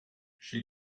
she